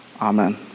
Amen